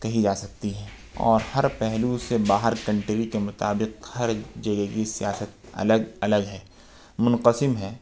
کہی جا سکتی ہے اور ہر پہلو سے باہر کنٹری کے مطابق ہر جگہ کی سیاست الگ الگ ہے منقسم ہیں